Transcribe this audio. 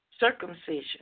Circumcision